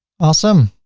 awesome!